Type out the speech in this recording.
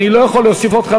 אני לא יכול להוסיף אותך,